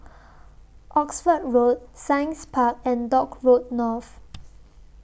Oxford Road Science Park and Dock Road North